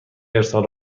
ارسال